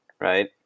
right